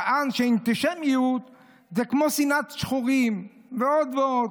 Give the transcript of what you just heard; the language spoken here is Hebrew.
טען שאנטישמיות זה כמו שנאת שחורים ועוד ועוד,